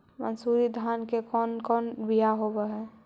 मनसूरी धान के कौन कौन बियाह होव हैं?